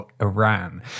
Iran